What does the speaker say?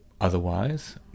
Otherwise